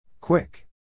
Quick